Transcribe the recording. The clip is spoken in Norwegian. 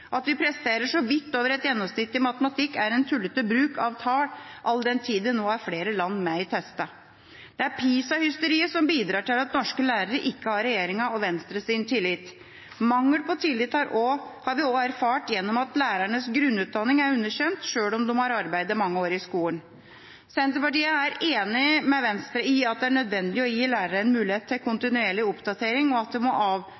At vi presterer så vidt over et gjennomsnitt i matematikk, er tullete bruk av tall, all den tid det nå er flere land med i testene. Det er PISA-hysteriet som bidrar til at norske lærere ikke har regjeringas og Venstres tillit. Mangel på tillit har vi også erfart gjennom at lærernes grunnutdanning er underkjent selv om de har arbeidet mange år i skolen. Senterpartiet er enig med Venstre i at det er nødvendig å gi lærerne en mulighet til kontinuerlig oppdatering, og at det må